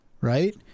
right